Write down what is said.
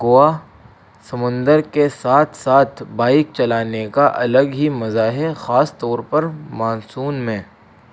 گوا سمندر کے ساتھ ساتھ بائک چلانے کا الگ ہی مزہ ہے خاص طور پر مانسون میں